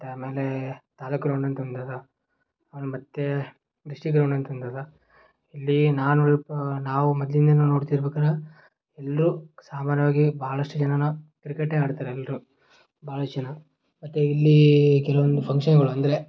ಮತ್ತು ಆಮೇಲೆ ತಾಲೂಕು ಗ್ರೌಂಡ್ ಅಂತ ಒಂದು ಅದಾ ಅವ್ನ ಮತ್ತು ಡಿಸ್ಟ್ರಿಕ್ಟ್ ಗ್ರೌಂಡ್ ಅಂತ ಒಂದು ಅದ ಇಲ್ಲಿ ನಾನು ನಾವು ಮೊದಲಿಂದನೂ ನೋಡ್ತಿರ್ಬೇಕಾದ್ರೆ ಎಲ್ಲರೂ ಸಾಮಾನ್ಯವಾಗಿ ಬಹಳಷ್ಟು ಜನನ ಕ್ರಿಕೆಟೇ ಆಡ್ತಾರೆ ಎಲ್ಲರೂ ಬಹಳಷ್ಟು ಜನ ಮತ್ತು ಇಲ್ಲಿ ಕೆಲವೊಂದು ಫಂಕ್ಷನ್ನುಗಳು ಅಂದರೆ